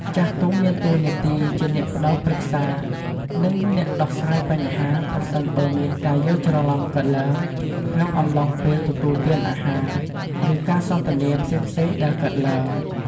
ចាស់ទុំមានតួនាទីជា អ្នកផ្ដល់ប្រឹក្សា និង អ្នកដោះស្រាយបញ្ហា ប្រសិនបើមានការយល់ច្រឡំកើតឡើង ក្នុងអំឡុងពេលទទួលទានអាហារ ឬ ការសន្ទនាផ្សេងៗដែលកើតឡើង ។